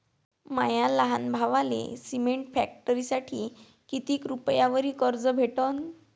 माया लहान भावाले सिमेंट फॅक्टरीसाठी कितीक रुपयावरी कर्ज भेटनं?